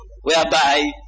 whereby